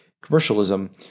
commercialism